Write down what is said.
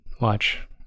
watch